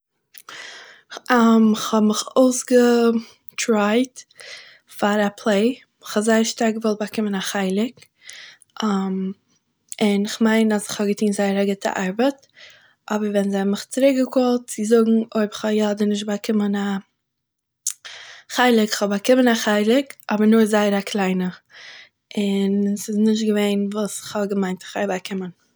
כ'האב מיך אויסגעטרייט פאר א פלעי, כ'האב זייער שטארק געוואלט באקומען א חלק, און איך מיין אז איך האב געטוען א זייער גוטע ארבעט, אבער ווען זיי האבן מיך צוריקגעקאלט צו זאגן אויב איך האב יא אדער נישט באקומען מיין חלק, כ'האב באקומען א חלק, אבער נאר זייער א קליינע, און ס'איז נישט געווען וואס איך האב געמיינט איך וועל באקומען